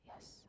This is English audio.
Yes